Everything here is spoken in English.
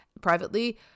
privately